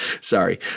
sorry